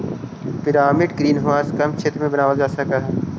pyramid greenhouse कम क्षेत्र में बनावाल जा हई